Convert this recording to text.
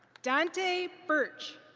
dante burch.